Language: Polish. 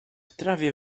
trawie